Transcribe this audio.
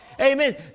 Amen